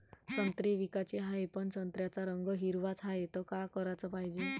संत्रे विकाचे हाये, पन संत्र्याचा रंग हिरवाच हाये, त का कराच पायजे?